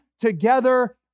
together